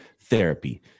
Therapy